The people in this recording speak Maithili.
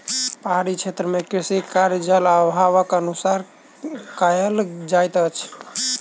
पहाड़ी क्षेत्र मे कृषि कार्य, जल अभावक अनुसार कयल जाइत अछि